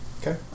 Okay